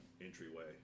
entryway